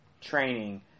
training